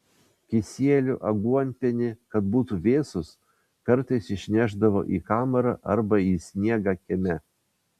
kisielių aguonpienį kad būtų vėsūs kartais išnešdavo į kamarą arba į sniegą kieme